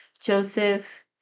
Joseph